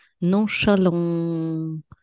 nonchalant